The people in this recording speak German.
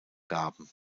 gaben